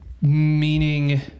meaning